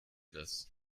das